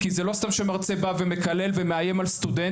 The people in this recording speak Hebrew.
כי זה לא סתם שמרצה בא ומקלל ומאיים על סטודנט,